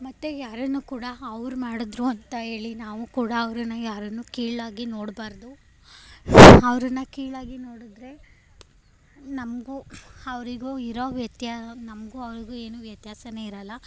ಮತ್ತು ಯಾರನ್ನೂ ಕೂಡ ಅವ್ರು ಮಾಡಿದ್ರೂ ಅಂತ ಹೇಳಿ ನಾವು ಕೂಡ ಅವ್ರನ್ನು ಯಾರನ್ನೂ ಕೀಳಾಗಿ ನೋಡಬಾರ್ದು ಅವ್ರನ್ನು ಕೀಳಾಗಿ ನೋಡಿದ್ರೆ ನಮಗೂ ಅವ್ರಿಗೂ ಇರೋ ವ್ಯತ್ಯಾಸ ನಮಗೂ ಅವರಿಗೂ ಏನೂ ವ್ಯತ್ಯಾಸವೇ ಇರಲ್ಲ